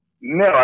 No